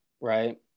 right